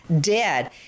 dead